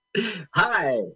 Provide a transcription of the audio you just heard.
Hi